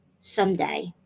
someday